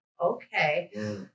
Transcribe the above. Okay